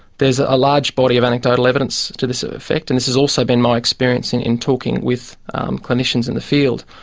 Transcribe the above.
there's ah a large body of anecdotal evidence to this ah effect, and this has also been my experience in in talking with clinicians in the field,